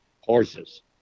horses